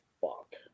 fuck